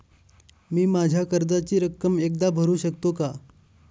मी माझ्या कर्जाची सर्व रक्कम एकदा भरू शकतो का?